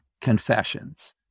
confessions